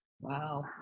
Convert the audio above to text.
wow